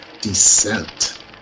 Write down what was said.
Descent